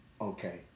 okay